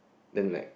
then like